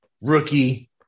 Rookie